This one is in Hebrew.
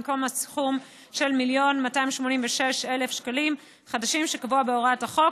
במקום הסכום של 1,286,000 שקלים חדשים שקבוע בהוראת הקבע,